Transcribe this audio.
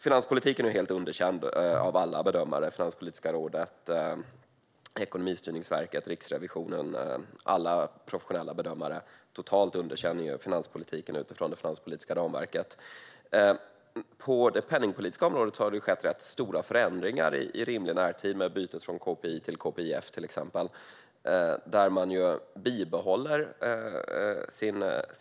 Finanspolitiken är helt underkänd av alla bedömare. Finanspolitiska rådet, Ekonomistyrningsverket, Riksrevisionen - alla professionella bedömare underkänner totalt finanspolitiken utifrån det finanspolitiska ramverket. På det penningpolitiska området har det skett rätt stora förändringar i rimlig närtid med till exempel bytet från KPI till KPIF. Man bibehåller